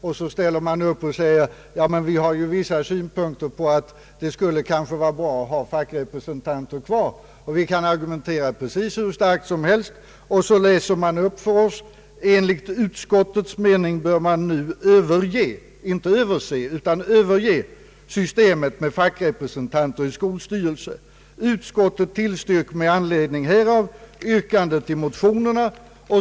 Då ställer lärarsidan upp och säger: »Det skulle kanske vara bra att ha fackrepresentanterna kvar.» Lärarna kan argumentera hur starkt som helst men ändå läser man upp för dem: »Enligt utskottets mening bör man nu överge» — inte överse utan överge — »systemet med fackrepresentanter i skolstyrelser.» Utskottet tillstyrker med anledning härav yrkandet i motionerna.